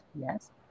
yes